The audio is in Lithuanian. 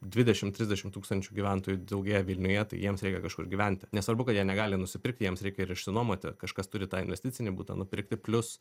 dvidešim trisdešim tūkstančių gyventojų daugėja vilniuje jiems reikia kažkur gyventi nesvarbu kad jie negali nusipirkti jiems reikia ir išsinuomoti kažkas turi tą investicinį butą nupirkti plius